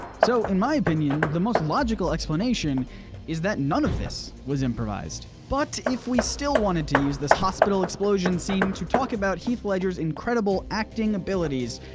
so in my opinion, the most logical explanation is that none of this was improvised. but if we still wanted to use this hospital explosion scene to talk about heath ledger's incredible acting abilities,